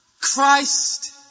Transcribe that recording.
Christ